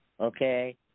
Okay